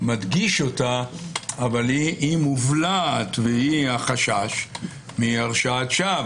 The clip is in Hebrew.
מדגיש אותה אבל היא המובלעת והיא החשש מהרשעת שווא.